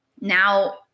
now